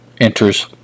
enters